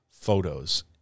photos